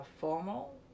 formal